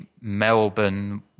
Melbourne